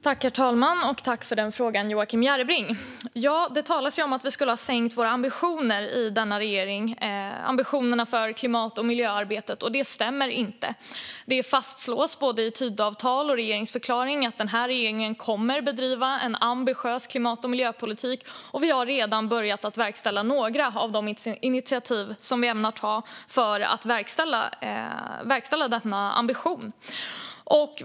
Herr talman! Tack för frågan, Joakim Järrebring! Ja, det talas ju om att vi skulle ha sänkt våra ambitioner i denna regering - alltså ambitionerna för klimat och miljöarbetet. Det stämmer inte. Det fastslås i både Tidöavtal och regeringsförklaring att den här regeringen kommer att bedriva en ambitiös klimat och miljöpolitik, och vi har redan börjat verkställa några av de initiativ som vi ämnar ta för att verkställa denna ambition.